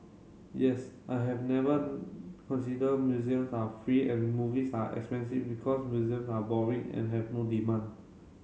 yes I have never consider museums are free and movies are expensive because museums are boring and have no demand